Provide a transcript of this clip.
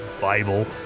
Bible